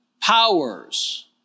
powers